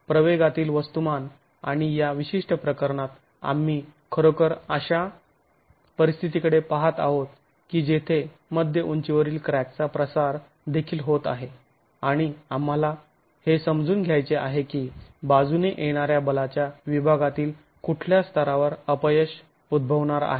प्रवेगातील वस्तुमान आणि या विशिष्ट प्रकरणात आम्ही खरोखर अशा परिस्थितीकडे पहात आहोत की जेथे मध्य उंचीवरील क्रॅक चा प्रसार देखील होत आहे आणि आम्हाला हे समजून घ्यायचे आहे की बाजूने येणाऱ्या बलाच्या विभागातील कुठल्या स्तरावर अपयश उद्भवणार आहे